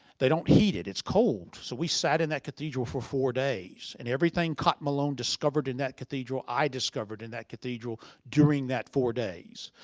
they don't heat it, it's cold, so we sat in that cathedral for four days. and everything cotton malone discovered in that cathedral, i discovered in that cathedral during that four days.